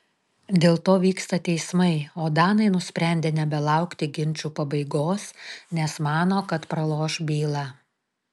dėl to vyksta teismai o danai nusprendė nebelaukti ginčų pabaigos nes mano kad praloš bylą